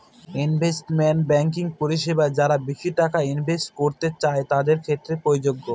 investment banking পরিষেবা যারা বেশি টাকা ইনভেস্ট করতে চাই তাদের ক্ষেত্রে প্রযোজ্য